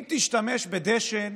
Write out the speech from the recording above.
אם תשתמש בדשן